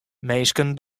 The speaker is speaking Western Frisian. minsken